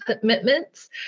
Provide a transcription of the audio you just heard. commitments